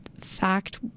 fact